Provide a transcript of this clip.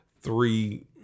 Three